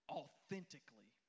authentically